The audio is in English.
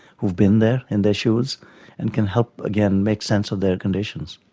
who've been there, in their shoes and can help, again, make sense of their conditions.